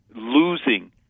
losing